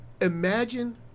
imagine